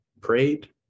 prayed